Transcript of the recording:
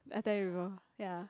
never tell you before ya